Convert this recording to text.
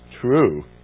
true